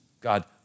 God